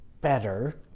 better